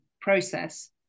process